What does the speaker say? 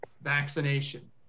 vaccination